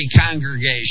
congregation